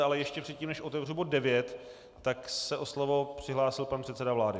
Ale ještě předtím, než otevřu bod 9, se o slovo přihlásil pan předseda vlády.